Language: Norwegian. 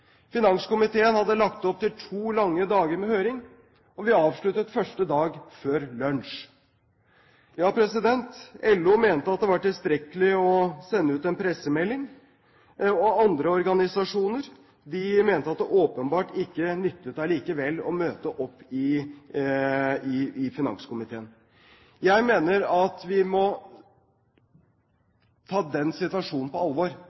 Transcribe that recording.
Finanskomiteen hadde lagt opp til to lange dager med høring, og vi avsluttet første dag før lunsj. LO mente at det var tilstrekkelig å sende ut en pressemelding, og andre organisasjoner mente at det åpenbart likevel ikke nyttet å møte opp i finanskomiteen. Jeg mener at vi må ta situasjonen på alvor